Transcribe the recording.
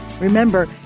Remember